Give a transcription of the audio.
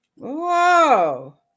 Whoa